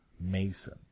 Mason